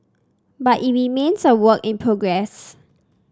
but it remains a work in progress